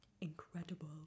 Incredible